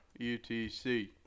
UTC